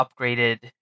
upgraded